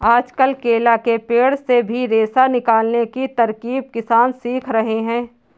आजकल केला के पेड़ से भी रेशा निकालने की तरकीब किसान सीख रहे हैं